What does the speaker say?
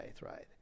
right